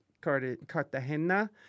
Cartagena